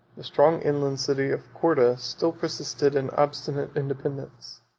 the strong inland city of corta still persisted in obstinate independence.